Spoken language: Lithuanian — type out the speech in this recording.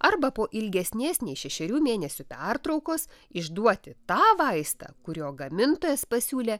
arba po ilgesnės nei šešerių mėnesių pertraukos išduoti tą vaistą kurio gamintojas pasiūlė